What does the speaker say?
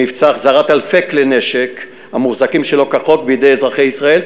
במבצע החזרת אלפי כלי נשק המוחזקים שלא כחוק בידי אזרחי ישראל,